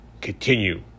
Continue